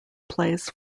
plays